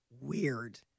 weird